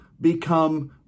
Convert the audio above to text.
become